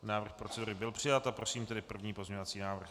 Návrh procedury byl přijat a prosím tedy první pozměňovací návrh.